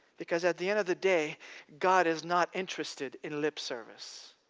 because at the end of the day god is not interested in lip service.